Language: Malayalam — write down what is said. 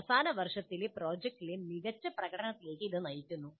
അവസാന വർഷത്തിലെ പ്രോജക്റ്റിലെ മികച്ച പ്രകടനത്തിലേക്ക് ഇത് നയിക്കുന്നു